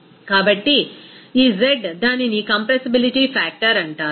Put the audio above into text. కాబట్టి ఈ z దానిని కంప్రెసిబిలిటీ ఫ్యాక్టర్ అంటారు